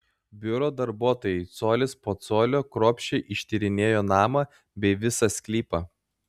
biuro darbuotojai colis po colio kruopščiai ištyrinėjo namą bei visą sklypą